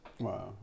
Wow